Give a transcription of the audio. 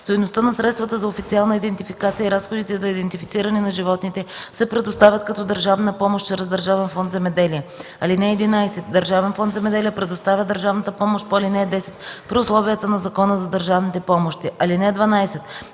Стойността на средствата за официална идентификация и разходите за идентифициране на животните се предоставят като държавна помощ чрез Държавен фонд „Земеделие”. (11) Държавен фонд „Земеделие” предоставя държавната помощ по ал. 10 при условията на Закона за държавните помощи. (12)